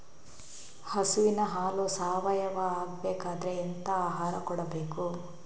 ಹಸುವಿನ ಹಾಲು ಸಾವಯಾವ ಆಗ್ಬೇಕಾದ್ರೆ ಎಂತ ಆಹಾರ ಕೊಡಬೇಕು?